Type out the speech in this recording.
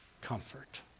comfort